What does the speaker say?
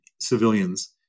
civilians